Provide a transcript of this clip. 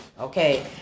Okay